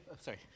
sorry